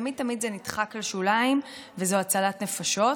זה תמיד-תמיד נדחק לשוליים וזו הצלת נפשות,